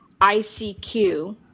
ICQ